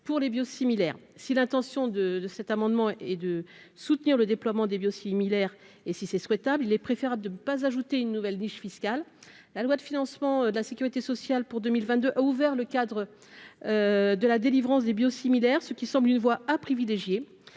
pour les bio-similaires si l'intention de de cet amendement et de soutenir le déploiement des biosimilaire et si c'est souhaitable, il est préférable de ne pas ajouter une nouvelle niche fiscale, la loi de financement de la Sécurité sociale pour 2022 a ouvert le cadre de la délivrance des bio-similaires, ce qui semble une voie à privilégier,